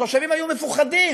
התושבים היו מפוחדים.